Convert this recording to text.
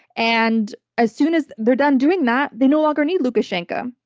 and as soon as they're done doing that, they no longer need lukashenko.